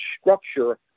structure